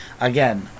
again